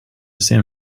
san